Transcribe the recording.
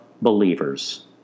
believers